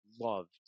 loved